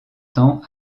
temps